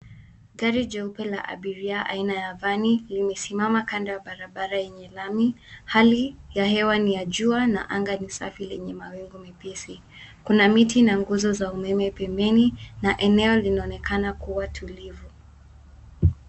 Gari jeupe la abiria aina ya vani limesimama kando ya barabara yenye lami. Hali ya hewa ni ya jua, na anga ni safi lenye mawingu mepesi. Kuna miti na nguzo za umeme pembeni, na eneo linaonekana kua tulivu.